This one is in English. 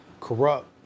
corrupt